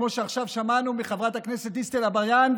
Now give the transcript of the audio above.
כמו ששמענו עכשיו מחברת הכנסת דיסטל אטבריאן,